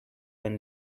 when